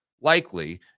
likely